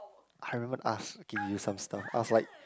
I remembered us give you some stuff I was like